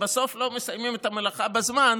שבסוף לא מסיימים את המלאכה בזמן,